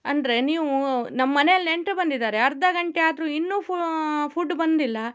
ಅಂದರೆ ನೀವು ನಮ್ಮ ಮನೇಲಿ ನೆಂಟರು ಬಂದಿದ್ದಾರೆ ಅರ್ಧ ಗಂಟೆ ಆದರೂ ಇನ್ನೂ ಫು ಫುಡ್ ಬಂದಿಲ್ಲ